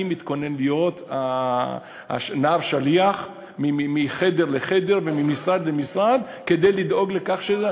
אני מתכונן להיות נער שליח מחדר לחדר וממשרד למשרד כדי לדאוג לכך,